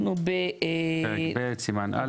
אנחנו ב --- פרק ב', סימן א'.